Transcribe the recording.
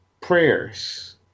prayers